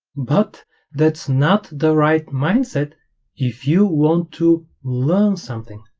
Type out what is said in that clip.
but that's not the right mindset if you want to learn something,